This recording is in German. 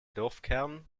dorfkern